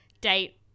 date